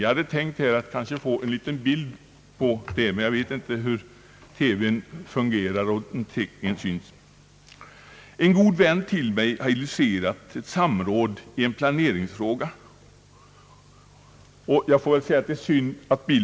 En god vän till mig har illustrerat ett samråd i en planeringsfråga — jag hade tänkt att visa teckningen på en liten bild, men det är synd att TV-rutan inte kan återge bilden tydligare.